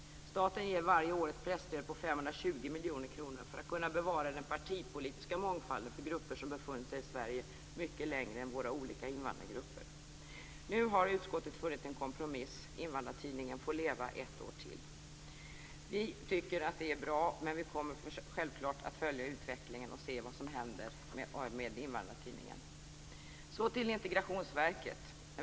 Staten ger varje år ett presstöd på 520 miljoner kronor för att kunna bevara den partipolitiska mångfalden för grupper som befunnit sig i Sverige mycket längre än våra olika invandrargrupper. Nu har utskottet funnit en kompromiss, Invandrartidningen får leva ett år till. Vi tycker att det är bra, och vi kommer självfallet att följa utvecklingen och se vad som händer med Invandrartidningen. Så till integrationsverket.